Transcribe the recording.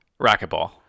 Racquetball